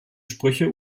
sprüche